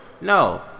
No